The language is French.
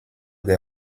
des